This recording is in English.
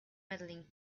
medaling